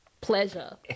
pleasure